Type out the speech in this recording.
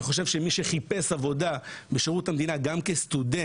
אני חושב שמי שחיפש עבודה בשירות המדינה גם כסטודנט,